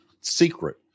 secret